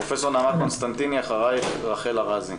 פרופ' נעמה קונסטנטיני, אחרייך רחל ארזי.